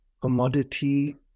commodity